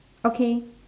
okay